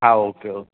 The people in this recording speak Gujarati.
હા ઓકે ઓકે